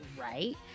right